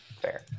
Fair